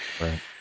Right